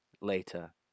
Later